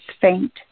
faint